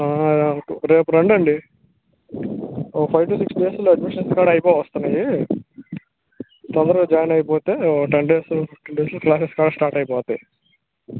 రేపు రండి అండీ ఒక ఫైవ్ టు సిక్స్ డేస్లో అడ్మిషన్స్ కూడా అయిపోవస్తున్నాయి తొందరగా జాయిన్ అయిపోతే టెన్ డేస్లో ఫిఫ్టీన్ డేస్లో క్లాస్సేస్ కూడా స్టార్ట్ అయిపోతాయి